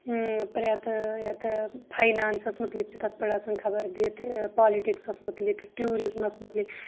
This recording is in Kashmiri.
پرٛٮ۪تھ یتھ فاینانسس مُتعلِق چھ تَتھ پٮ۪ٹھ آسان خبر دِتھ پالٹِکسس مُتلِق ٹیوٗرِزمس مُتعلِق